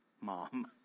mom